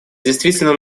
действительно